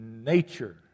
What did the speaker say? nature